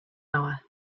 hour